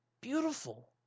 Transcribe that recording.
beautiful